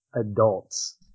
adults